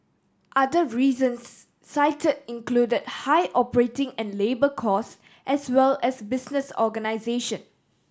other reasons cite included high operating and labour costs as well as business organisation